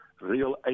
real